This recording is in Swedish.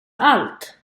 allt